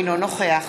אינו נוכח